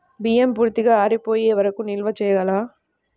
బియ్యం పూర్తిగా ఆరిపోయే వరకు నిల్వ చేయాలా?